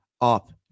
up